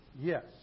yes